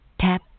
Tap